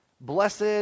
Blessed